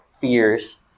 fears